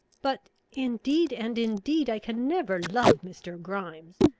but, indeed and indeed, i can never love mr. grimes.